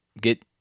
get